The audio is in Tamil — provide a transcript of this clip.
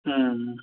ம்